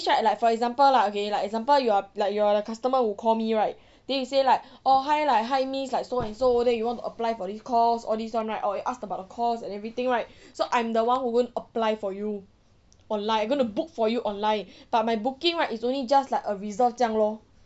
right like for example lah okay lah example you are like you are the customer who call me right then you say like orh hi like hi miss like so and so you want to apply for this course all this one right or you ask about a course and everything right so I'm the one who won't apply for you online I'm going to book for you online but my booking right is only just like a reserve 这样 lor